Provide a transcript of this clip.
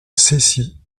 cessy